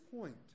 point